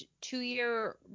two-year